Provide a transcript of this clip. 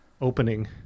opening